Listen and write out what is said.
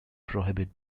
prohibit